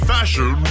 Fashion